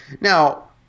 Now